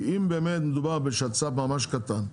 כי אם באמת מדובר בשצ"פ ממש קטן,